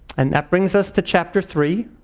and that brings us to chapter three.